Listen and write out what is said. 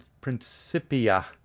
Principia